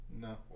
No